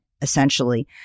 essentially